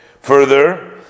Further